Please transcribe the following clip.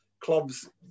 Clubs